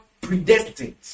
predestined